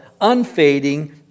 unfading